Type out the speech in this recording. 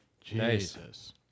Jesus